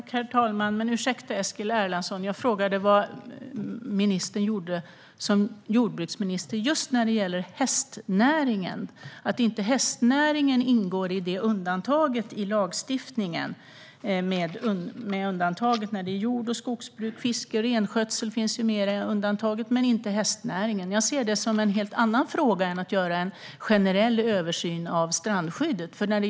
Herr talman! Ursäkta, Eskil Erlandsson, jag frågade vad Eskil Erlandsson gjorde som jordbruksminister just när det gäller hästnäringen. Det handlar om att hästnäringen inte ingår i detta undantag i lagstiftningen. Jord och skogsbruk, fiske och renskötsel finns med i undantaget men inte hästnäringen. Jag ser det som en helt annan fråga än att göra en generell översyn av strandskyddet.